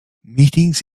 meetings